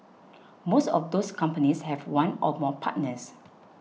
most of those companies have one or more partners